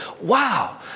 Wow